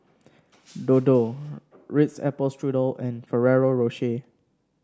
Dodo Ritz Apple Strudel and Ferrero Rocher